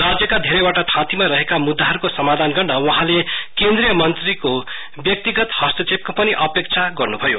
राज्यका धेरैवटा थाँतीमा रहेका मृद्दाहरुको सभाधान गर्न वहाँले केन्द्रीय मन्त्रीको व्यक्तिगत हस्तक्षेपको पनि अपेक्षा गर्न्भयो